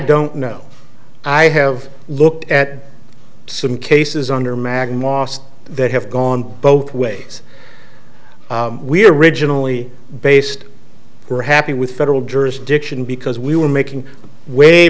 don't know i have looked at some cases under mag maust that have gone both ways we originally based were happy with federal jurisdiction because we were making way